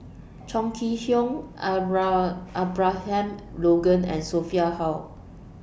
Chong Kee Hiong Abra Abraham Logan and Sophia Hull